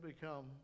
become